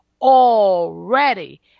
Already